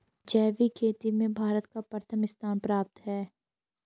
जैविक खेती में भारत को प्रथम स्थान प्राप्त है